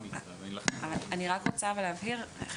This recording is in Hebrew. אני רוצה להבהיר.